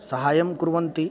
सहायं कुर्वन्ति